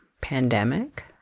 pandemic